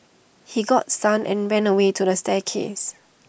he got stunned and ran away to the staircase